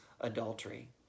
adultery